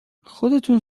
خودتون